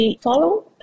follow